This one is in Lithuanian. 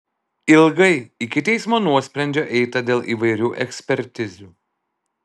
ilgai iki teismo nuosprendžio eita dėl įvairių ekspertizių